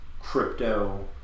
crypto